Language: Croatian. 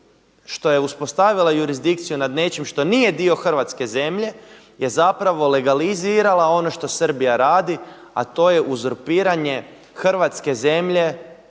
što je uspostavila jurisdikciju nad nečim što nije dio hrvatske zemlje je zapravo legalizirala ono što Srbija radi, a to je uzurpiranje hrvatske zemlje